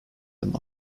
them